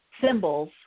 symbols